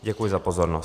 Děkuji za pozornost.